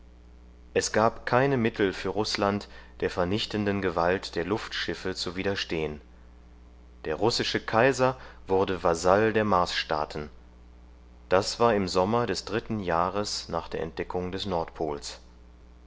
es gab keine mittel für rußland der vernichtenden gewalt der luftschiffe zu widerstehen der russische kaiser wurde vasall der marsstaaten das war im sommer des dritten jahres nach der entdeckung des nordpols